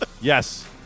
Yes